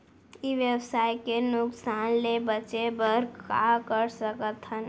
ई व्यवसाय के नुक़सान ले बचे बर का कर सकथन?